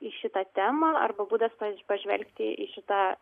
į šitą temą arba būdas pažvelgti į šitą